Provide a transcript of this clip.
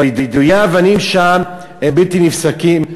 אבל יידויי האבנים שם הם בלתי נפסקים,